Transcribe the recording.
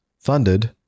funded